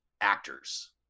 actors